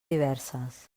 diverses